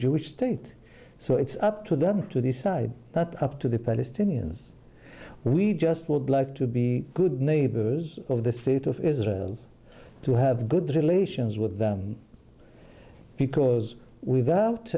jewish state so it's up to them to decide that up to the palestinians we just would like to be good neighbors of the state of israel to have good relations with because without